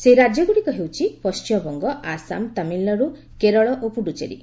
ସେହି ରାଜ୍ୟଗୁଡ଼ିକ ହେଉଛି ପଣ୍ଠିମବଙ୍ଗ ଆସାମ ତାମିଲନାଡ଼ୁ କେରଳ ଓ ପ୍ରଡ୍ରଚେରୀ